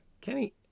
Kenny